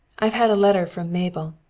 i've had a letter from mabel.